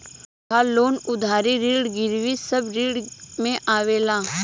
तहार लोन उधारी ऋण गिरवी सब ऋण में आवेला